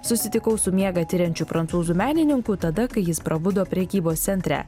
susitikau su miegą tiriančiu prancūzų menininku tada kai jis prabudo prekybos centre